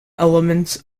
elements